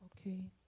Okay